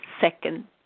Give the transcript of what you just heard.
second